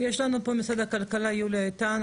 נמצאת פה ממשרד הכלכלה יוליה איתן,